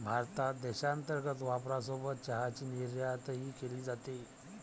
भारतात देशांतर्गत वापरासोबत चहाची निर्यातही केली जाते